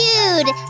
Dude